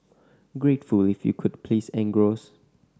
gratefully if you could please engross